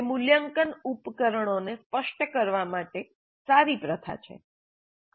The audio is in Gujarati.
તે મૂલ્યાંકન ઉપકરણોને સ્પષ્ટ કરવા માટે સારી પ્રથા છે